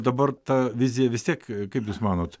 dabar ta vizija vis tiek kaip jūs manot